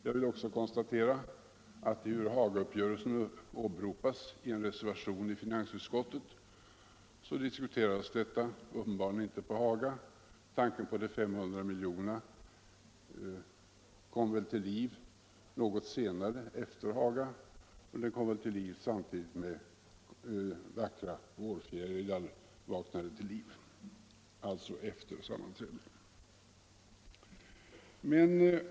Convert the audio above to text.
Jag vill också konstatera att ehuru Hagauppgörelsen åberopas i en reservation i finansutskottet diskuterades detta uppenbarligen inte i samband med den. Tanken på de 500 miljonerna kom väl till liv något senare än Hagauppgörelsen — samtidigt med att vackra vårfjärilar vaknade till liv, alltså efter uppgörelsen.